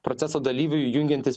proceso dalyviui jungiantis